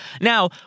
Now